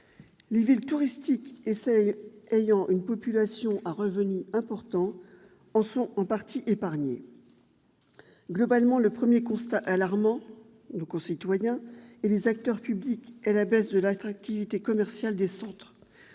Les villes touristiques et celles dont la population a des revenus importants sont, en partie, épargnées par ces évolutions. Globalement, le premier constat alarmant nos concitoyens et les acteurs publics est la baisse de l'attractivité commerciale des centres.